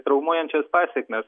traumuojančias pasekmes